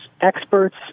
experts